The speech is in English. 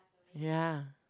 ya